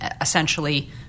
essentially